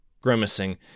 Grimacing